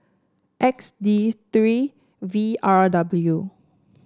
X D three V R W